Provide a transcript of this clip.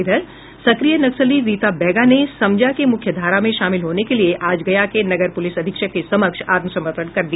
इधर सक्रिय नक्सली रीता बैगा ने समजा के मुख्यधारा में शामिल होने के लिए आज गया के नगर पुलिस अधीक्षक के समक्ष आत्मसमर्पण कर दिया